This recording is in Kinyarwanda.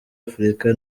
afurika